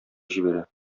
җибәрә